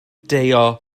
deio